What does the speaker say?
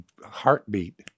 heartbeat